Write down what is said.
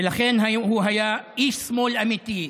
ולכן הוא היה איש שמאל אמיתי,